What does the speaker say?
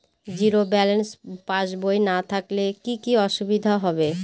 Zero balance পাসবই না থাকলে কি কী অসুবিধা হবে?